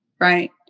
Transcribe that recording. Right